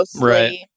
Right